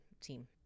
team